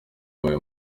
yabaye